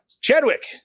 Chadwick